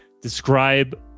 describe